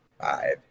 five